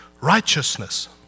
Righteousness